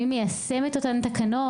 מי מיישם את אותן תקנות,